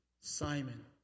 Simon